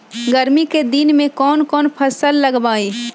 गर्मी के दिन में कौन कौन फसल लगबई?